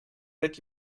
that